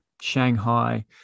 Shanghai